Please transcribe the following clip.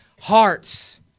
hearts